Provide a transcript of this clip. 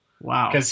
Wow